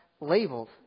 labeled